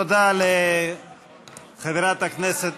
תודה לחברת הכנסת